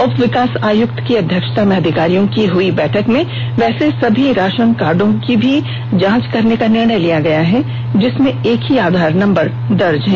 उप विकास आयुक्त की अध्यक्षता में अधिकारियों की हुई बैठक में वैसे सभी राशन कार्डों की भी जांच करने का निर्णय लिया गया जिसमें एक ही आधार नंबर दर्ज है